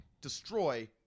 destroy